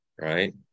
right